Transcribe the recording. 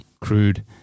crude